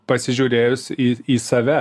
pasižiūrėjus į į save